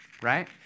right